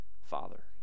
father